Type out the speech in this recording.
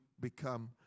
become